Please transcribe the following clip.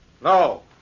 No